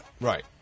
Right